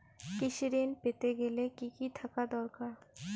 কৃষিঋণ পেতে গেলে কি কি থাকা দরকার?